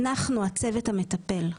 אנחנו הצוות המטפל.